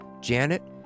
Janet